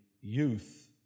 youth